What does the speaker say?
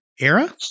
era